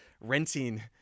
renting